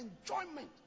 enjoyment